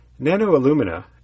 Nanoalumina